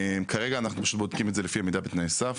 כרגע אנחנו בודקים את זה לפי עמידה בתנאי סף.